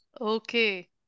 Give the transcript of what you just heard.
Okay